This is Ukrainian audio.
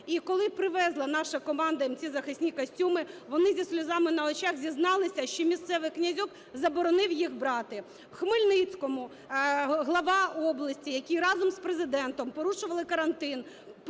І коли привезла наша команда їм ці захисні костюми, вони зі сльозами на очах зізналися, що місцевий "князьок" заборонив їх брати. У Хмельницькому глава області, який разом з Президентом порушували карантин